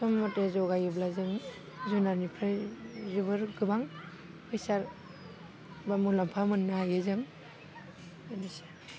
सम मथे जगायोब्ला जों जुनारनिफ्राय जोबोर गोबां फैसा बा मुलाम्फा मोनो हायो जों बेनोसै